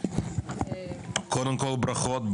ברכות,